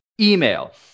email